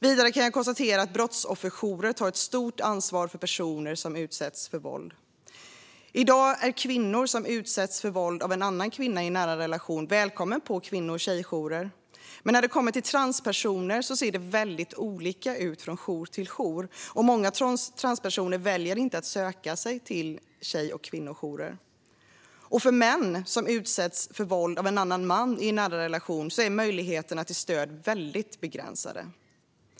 Vidare kan jag konstatera att brottsofferjourer tar ett stort ansvar för personer som utsätts för våld. I dag är kvinnor som utsatts för våld av en annan kvinna i en nära relation välkomna på kvinno och tjejjourer. När det kommer till transpersoner ser det dock olika ut från jour till jour, och många transpersoner väljer att inte söka sig till tjej och kvinnojourerna. För män som utsatts för våld av en annan man i en nära relation är möjligheterna till stöd mycket begränsade.